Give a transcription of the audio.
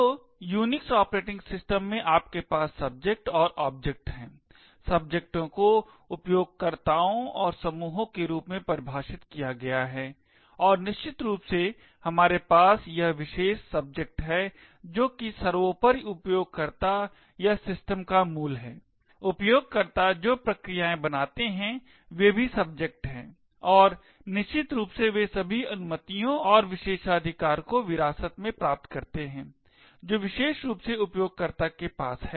तो Unix operating system में आपके पास सब्जेक्ट और ऑब्जेक्ट हैं सब्जेक्टों को उपयोगकर्ताओं और समूहों के रूप में परिभाषित किया गया है और निश्चित रूप से हमारे पास यह विशेष सब्जेक्ट है जो कि सर्वोपरिउपयोगकर्ता या सिस्टम का मूल है उपयोगकर्ता जो प्रक्रियाएं बनाते हैं वे भी सबजेक्ट हैं और निश्चित रूप से वे सभी अनुमतियाँ और विशेषाधिकार को विरासत में प्राप्त करते हैं जो विशेष रूप से उपयोगकर्ता के पास है